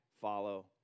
follow